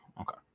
okay